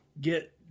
get